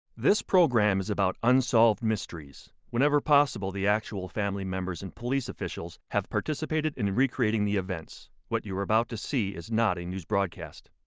this program is about unsolved mysteries. whenever possible, the actual family members and police officials have participated in recreating the events. what you are about to see is not a news broadcast.